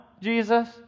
Jesus